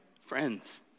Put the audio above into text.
Friends